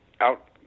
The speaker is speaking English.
out